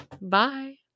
Bye